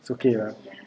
it's okay ah